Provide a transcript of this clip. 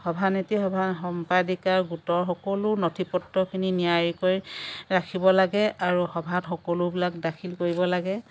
সভানেত্ৰী সভা সম্পাদিকাই গোটৰ সকলো নথি পত্ৰখিনি নিয়াৰিকৈ ৰাখিব লাগে আৰু সভাত সকলোবিলাক দাখিল কৰিব লাগে